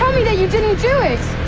me that you didn't do it?